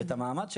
את המעמד שלו,